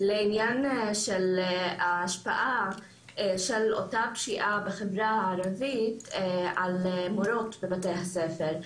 לעניין ההשפעה של אותה פשיעה בחברה הערבית על מורות בבתי הספר.